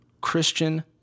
Christian